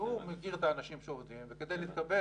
הוא מכיר את האנשים שעובדים וכדי להתקבל